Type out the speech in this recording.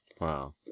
Wow